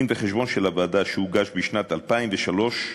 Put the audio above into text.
בדין-וחשבון של הוועדה, שהוגש בשנת 2003,